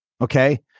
Okay